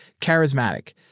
charismatic